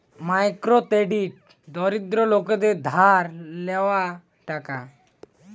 micro credit দরিদ্র লোকদের ধার লেওয়া টাকা